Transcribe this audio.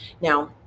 Now